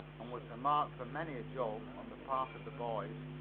and was the mark for many a joke on the part of the boys.